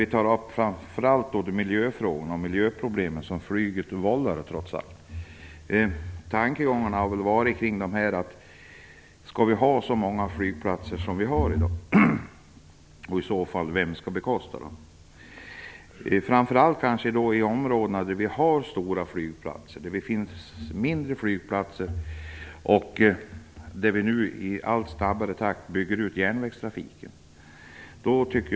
Vi tar framför allt upp miljöfrågorna och de miljöproblem som flyget trots allt vållar. Tankegångarna har handlat om ifall vi skall ha så många flygplatser som vi har i dag och om vem som i så fall skall bekosta dem. Det gäller framför allt områden som har stora och mindre flygplatser, där järnvägstrafiken nu byggs ut i allt snabbare takt.